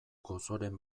gozoren